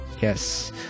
yes